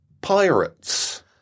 pirates